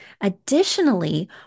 Additionally